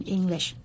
English